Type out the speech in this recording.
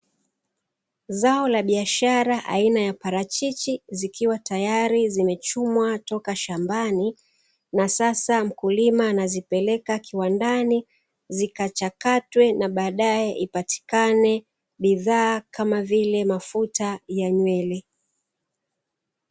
Zao la biashara aina ya parachichi zikiwa tayari zimechumwa toka shambani, na sasa mkulima anazipeleka kiwandani zikachakatwe na baadae ipatikane bidhaa kama vile mafuta ya nywele.